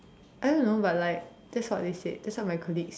I don't know but like that's what they said that's what my colleague said